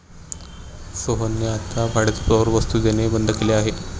सोहनने आता भाडेतत्त्वावर वस्तु देणे बंद केले आहे